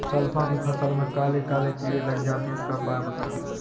सरसो की फसल में काले काले कीड़े लग जाते इसका उपाय बताएं?